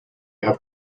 have